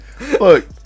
look